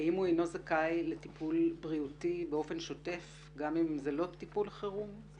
האם הוא אינו זכאי לטיפול בריאותי באופן שוטף גם אם זה לא טיפול חירום?